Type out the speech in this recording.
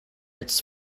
its